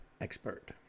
expert